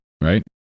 right